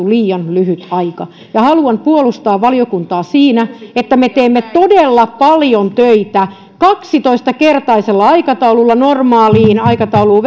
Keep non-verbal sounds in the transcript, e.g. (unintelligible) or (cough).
(unintelligible) liian lyhyt aika haluan puolustaa valiokuntaa siinä että me teemme todella paljon töitä kaksitoistakertaisella aikataululla normaaliin aikatauluun (unintelligible)